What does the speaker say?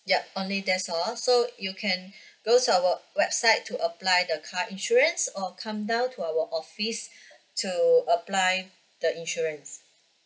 yup only that's all so you can goes to our website to apply the car insurance or come down to our office to apply the insurance